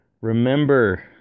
Remember